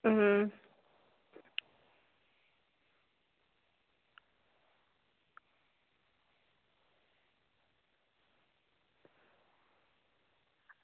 अं